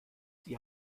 sie